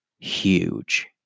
huge